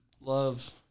love